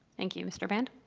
thank you. mr. band?